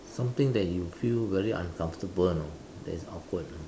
something that you feel very uncomfortable you know that is awkward you know